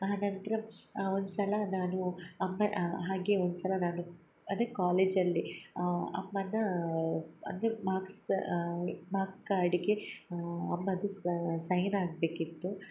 ಆ ನಂತರ ಒಂದು ಸಲ ನಾನು ಅಮ್ಮ ಹಾಗೆ ಒಂದ್ಸಲ ನಾನು ಅಂದರೆ ಕಾಲೇಜಲ್ಲಿ ಅಮ್ಮನ್ನ ಅಂದರೆ ಮಾರ್ಕ್ಸ್ ಮಾಕ್ ಕಾರ್ಡಿಗೆ ಅಮ್ಮದು ಸೈನ್ ಆಗಬೇಕಿತ್ತು